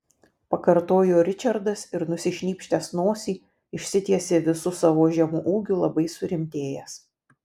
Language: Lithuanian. pakartojo ričardas ir nusišnypštęs nosį išsitiesė visu savo žemu ūgiu labai surimtėjęs